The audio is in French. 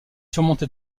surmonté